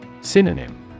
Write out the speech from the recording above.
Synonym